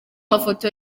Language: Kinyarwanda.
mafoto